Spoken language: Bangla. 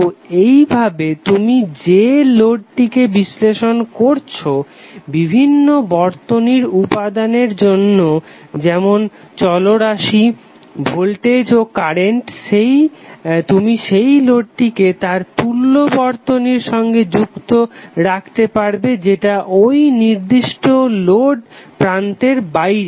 তো এইভাবে তুমি যে লোডটিকে বিশ্লেষণ করছো বিভিন্ন বর্তনীর উপাদানের জন্য যেমন চলরাশি ভোল্টেজ ও কারেন্ট তুমি সেই লোডটিকে তার তুল্য বর্তনীর সঙ্গে যুক্ত রাখতে পারবে যেটা ঐ নির্দিষ্ট লোড প্রান্তের বাইরে